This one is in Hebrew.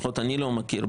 לפחות אני לא מכיר,